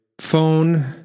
Phone